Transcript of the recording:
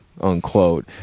unquote